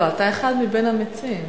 אפשר, לא, אתה אחד מבין המציעים.